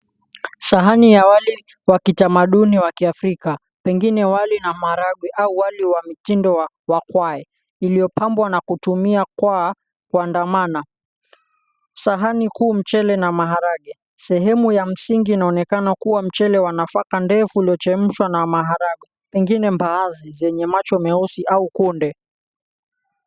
Sahani ya wali wa kitamaduni wa Kiafrika. Pengine wali na maharagwe au wali wa mitindo wa wakwae iliyopambwa na kutumia kwa kuandamana. Sahani kuu mchele na maharagwe sehemu ya msingi inaonekana kuwa mchele wa nafaka ndefu uliochemshwa na maharagwe pengine mbaazi zenye macho meusi au kunde.